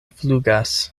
flugas